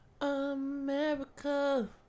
America